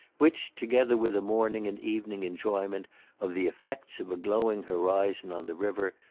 which, together with a morning and evening enjoyment of the effects of a glowing horizon on the river,